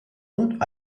und